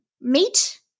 meat